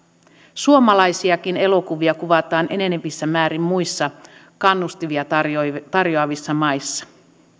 suomalaisiakin elokuvia kuvataan enenevissä määrin muissa kannustimia tarjoavissa tarjoavissa maissa